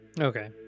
Okay